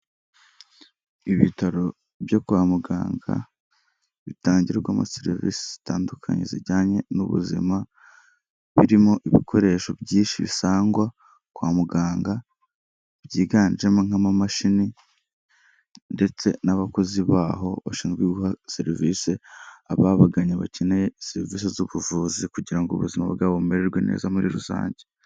Ibitaro byo kwa muganga, bitangirwamo serivisi zitandukanye zijyanye n'ubuzima, birimo ibikoresho byinshi bisangwa kwa muganga, byiganjemo nk'amamashini ndetse n'abakozi baho bashinzwe guha serivisi ababaganye bakeneye serivisi z'ubuvuzi kugira ngo ubuzima bwabo bumererwe neza muri rusange.